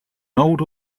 older